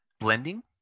blending